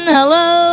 Hello